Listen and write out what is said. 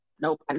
nope